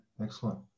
excellent